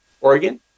Oregon